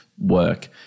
work